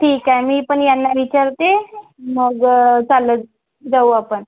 ठीक आहे मी पण यांना विचारते मग चाललं जाऊ आपण